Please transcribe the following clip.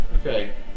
Okay